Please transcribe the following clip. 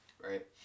right